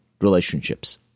relationships